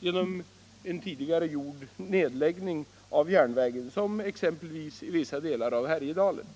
grund av en tidigare gjord nedläggning av järnvägen, som i vissa delar av Härjedalen.